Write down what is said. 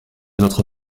notre